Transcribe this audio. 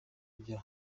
bya